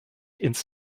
ins